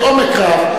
בעומק רב,